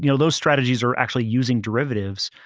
you know those strategies are actually using derivatives.